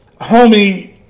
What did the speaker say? Homie